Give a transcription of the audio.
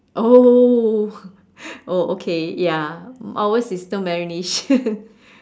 oh oh okay ya ours is no marination